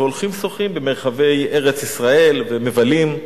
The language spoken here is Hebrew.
והולכים, שוחים במרחבי ארץ-ישראל, ומבלים.